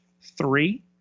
Three